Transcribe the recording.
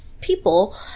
people